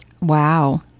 Wow